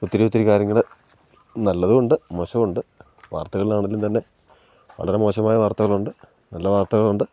ഒത്തിരി ഒത്തിരി കാര്യങ്ങൾ നല്ലതുമുണ്ട് മോശവുമുണ്ട് വാർത്തകളിലാണെങ്കിലും തന്നെ വളരെ മോശമായ വാർത്തകളുണ്ട് നല്ല വാർത്തകളുണ്ട്